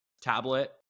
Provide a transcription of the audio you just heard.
tablet